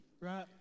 right